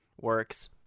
works